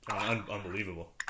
unbelievable